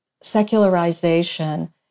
secularization